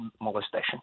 molestation